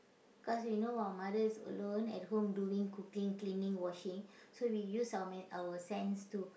cause we know our mothers alone at home doing cooking cleaning washing so we use our ma~ our sense to